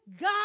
God